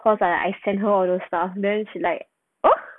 cause I I send her all those stuff then she like !whoa!